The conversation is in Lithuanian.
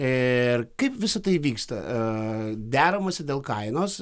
ir kaip visa tai vyksta deramasi dėl kainos